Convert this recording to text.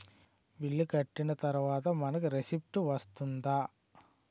Bill కట్టిన తర్వాత మనకి రిసీప్ట్ వస్తుందా?